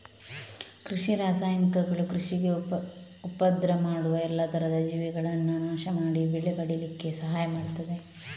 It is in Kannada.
ಕೃಷಿ ರಾಸಾಯನಿಕಗಳು ಕೃಷಿಗೆ ಉಪದ್ರ ಮಾಡುವ ಎಲ್ಲಾ ತರದ ಜೀವಿಗಳನ್ನ ನಾಶ ಮಾಡಿ ಬೆಳೆ ಪಡೀಲಿಕ್ಕೆ ಸಹಾಯ ಮಾಡ್ತದೆ